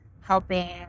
helping